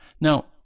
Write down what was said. Now